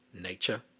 Nature